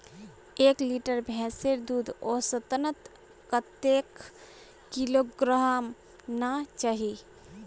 एक लीटर भैंसेर दूध औसतन कतेक किलोग्होराम ना चही?